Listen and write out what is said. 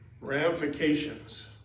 ramifications